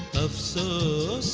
so